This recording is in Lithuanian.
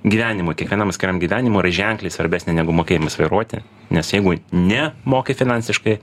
gyvenimui kiekvienam atskiram gyvenimo yra ženkliai svarbesnė negu mokėjimas vairuoti nes jeigu ne moki finansiškai